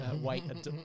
white